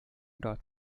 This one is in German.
dort